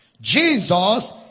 Jesus